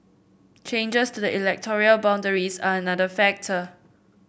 changes to the electoral boundaries are another factor